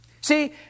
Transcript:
See